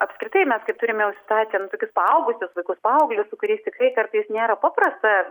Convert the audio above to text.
apskritai mes kaip turime jau situaciją nu tokius paaugusius vaikus paauglius su kuriais tikrai kartais nėra paprasta